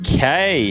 Okay